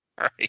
Right